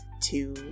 two